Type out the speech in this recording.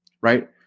right